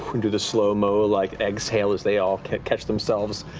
who do the slow-mo like exhale as they all catch themselves,